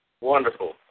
Wonderful